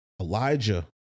Elijah